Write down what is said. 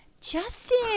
Justin